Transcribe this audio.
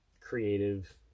creative